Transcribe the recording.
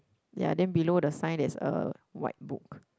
ya then below the sign there's a white book